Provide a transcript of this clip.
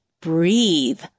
breathe